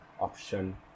option